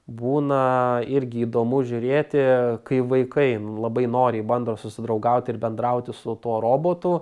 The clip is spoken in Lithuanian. būna irgi įdomu žiūrėti kai vaikai labai noriai bando susidraugauti ir bendrauti su tuo robotu